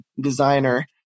designer